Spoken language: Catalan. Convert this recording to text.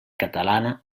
catalana